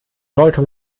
sollte